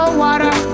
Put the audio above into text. water